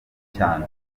cyane